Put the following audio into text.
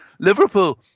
Liverpool